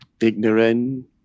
Ignorant